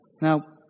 Now